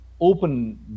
open